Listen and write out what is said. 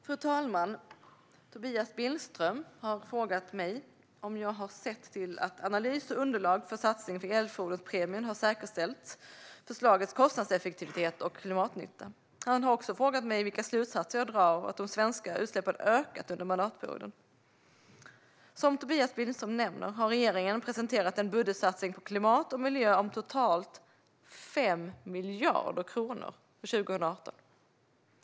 Fru talman! Tobias Billström har frågat mig om jag har sett till att analys och underlag för satsningen på elfordonspremien har säkerställt förslagets kostnadseffektivitet och klimatnytta. Han har också frågat mig vilka slutsatser jag drar av att de svenska utsläppen ökat under mandatperioden. Som Tobias Billström nämner har regeringen presenterat en budgetsatsning på klimat och miljö om totalt 5 miljarder kronor för 2018.